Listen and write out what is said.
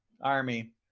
army